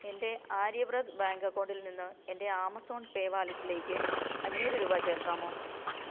എൻ്റെ ആര്യവ്രത് ബാങ്ക് അക്കൗണ്ടിൽ നിന്ന് എൻ്റെ ആമസോൺ പേ വാലറ്റിലേക്ക് അഞ്ഞൂറ് രൂപ ചേർക്കാമോ